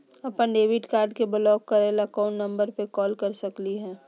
अपन debit card के block करे ला कौन नंबर पे कॉल कर सकली हई?